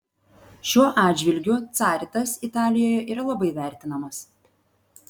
šiuo atžvilgiu caritas italijoje yra labai vertinamas